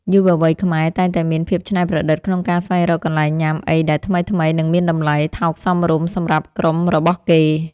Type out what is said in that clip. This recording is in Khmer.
យុវវ័យខ្មែរតែងតែមានភាពច្នៃប្រឌិតក្នុងការស្វែងរកកន្លែងញ៉ាំអីដែលថ្មីៗនិងមានតម្លៃថោកសមរម្យសម្រាប់ក្រុមរបស់គេ។